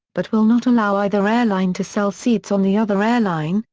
but will not allow either airline to sell seats on the other airline,